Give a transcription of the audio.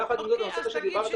יחד עם זה הנושא שדיברת,